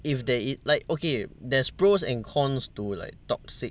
if there is like okay there's pros and cons to like toxic